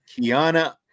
kiana